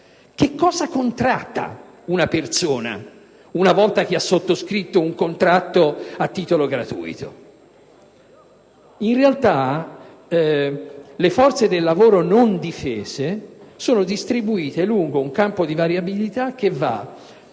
Che cosa contratta una persona una volta che ha sottoscritto un contratto a titolo gratuito? In realtà, le forze lavoro non difese sono distribuite lungo un ampio campo di variabilità, a